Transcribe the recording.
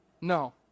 No